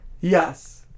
Yes